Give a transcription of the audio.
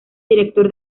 director